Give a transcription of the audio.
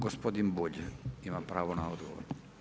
Gospodin Bulj ima pravo na odgovor.